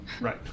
right